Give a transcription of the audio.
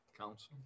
council